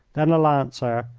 then a lancer,